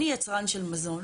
אני יצרן של מזון,